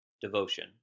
Devotion